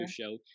show